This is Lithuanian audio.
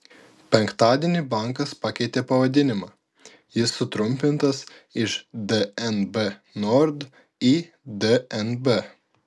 penktadienį bankas pakeitė pavadinimą jis sutrumpintas iš dnb nord į dnb